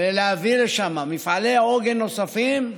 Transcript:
ולהעביר לשם מפעלי עוגן נוספים,